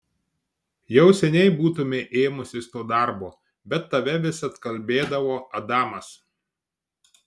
jau seniai būtumei ėmusis to darbo bet tave vis atkalbėdavo adamas